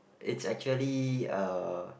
it's actually uh